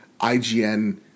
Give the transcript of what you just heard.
IGN